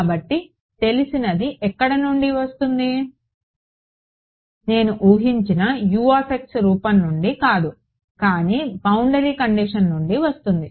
కాబట్టి తెలిసినది ఎక్కడ నుండి వస్తుంది నేను ఊహించిన రూపం నుండి కాదు కానీ బౌండరీ కండిషన్ నుండి వస్తుంది